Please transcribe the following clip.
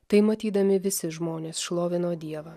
tai matydami visi žmonės šlovino dievą